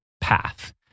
path